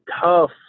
tough